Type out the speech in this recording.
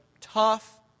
tough